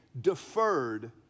deferred